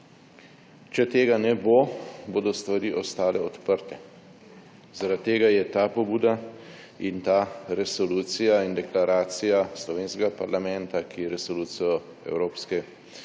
Če tega ne bo, bodo stvari ostale odprte. Zaradi tega je ta pobuda in ta resolucija in deklaracija slovenskega parlamenta, ki resolucijo Evropskega